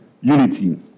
unity